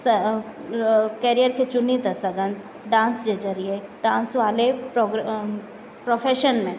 सां कैरियर खे चुनी था सघनि डांस जे ज़रिए डांस वारे प्रो प्रोफैशन में